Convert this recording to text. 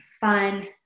fun